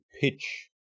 pitch